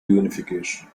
unification